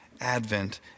Advent